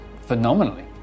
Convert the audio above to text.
phenomenally